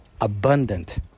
abundant